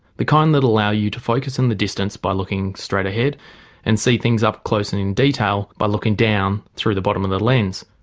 the kind that allows you to focus on and the distance by looking straight ahead and see things up close and in detail by looking down through the bottom of the lens.